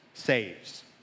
saves